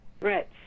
threats